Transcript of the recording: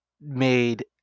made